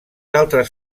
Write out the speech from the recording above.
altres